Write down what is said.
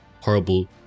horrible